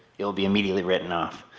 it will be immediately written off,